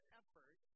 effort